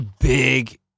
big